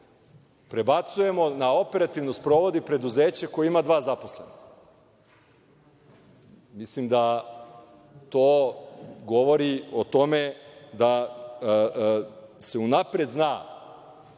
prebacujemo da operativno sprovodi preduzeće koji ima dva zaposlena. Mislim da to govori o tome da se unapred zna